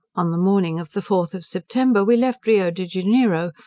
on the morning of the fourth of september we left rio de janeiro,